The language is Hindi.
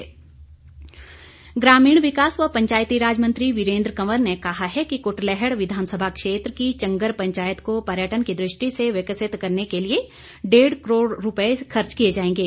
वीरेन्द्र कंवर ग्रामीण विकास व पंचायतीराज मंत्री वीरेन्द्र कंवर ने कहा है कि कृटलैहड़ विधानसभा क्षेत्र की चंगर पंचायत को पर्यटन की दुष्टि से विकसित करने के लिए डेढ़ करोड़ रूपये खर्च किए जाएंगे